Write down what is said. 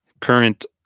Current